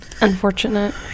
unfortunate